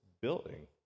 building